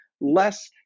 less